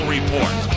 Report